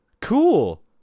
Cool